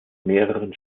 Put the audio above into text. mehreren